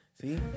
see